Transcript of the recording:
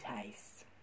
taste